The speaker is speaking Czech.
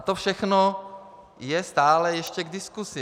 To všechno je stále ještě k diskusi.